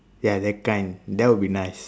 ya that kind that will be nice